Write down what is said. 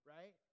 right